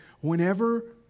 whenever